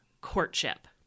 Courtship